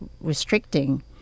restricting